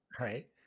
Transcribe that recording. Right